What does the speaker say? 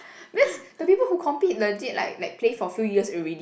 because the people who compete legit like like play for few years already